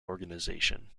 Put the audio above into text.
organization